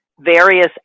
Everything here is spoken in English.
various